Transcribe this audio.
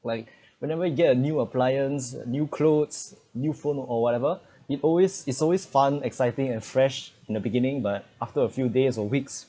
like whenever you get a new appliance new clothes new phone or whatever it's always it's always fun exciting and fresh in the beginning but after a few days or weeks